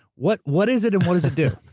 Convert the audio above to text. what what is it and what does it do?